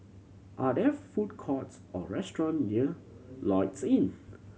are there food courts or restaurant near Lloyds Inn